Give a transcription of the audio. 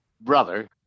brother